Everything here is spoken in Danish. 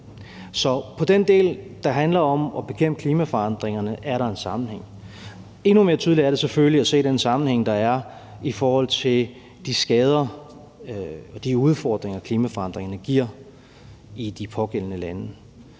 Så på den del, der handler om at bekæmpe klimaforandringerne, er der en sammenhæng. Kl. 16:13 Endnu mere tydeligt er det selvfølgelig at se den sammenhæng, der er i forhold til de skader og de udfordringer, klimaforandringerne giver i de pågældende lande.